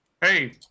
Hey